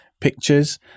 pictures